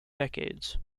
decades